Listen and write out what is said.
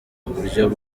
buryo